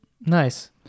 Nice